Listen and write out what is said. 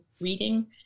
reading